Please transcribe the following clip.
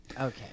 Okay